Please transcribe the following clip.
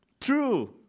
true